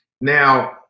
Now